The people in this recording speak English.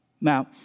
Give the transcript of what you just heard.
Now